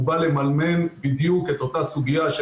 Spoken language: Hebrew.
הוא בא לממן בדיוק את אותה סוגיה של